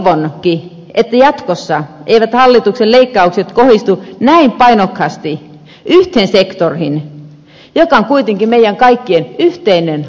toivonkin että jatkossa eivät hallituksen leikkaukset kohdistu näin painokkaasti yhteen sektoriin joka on kuitenkin meidän kaikkien yhteinen asia